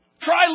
Try